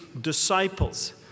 disciples